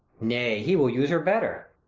nay, he will use her better.